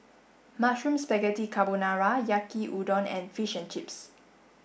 Mushroom Spaghetti Carbonara Yaki Udon and Fish and Chips